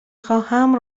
خواهم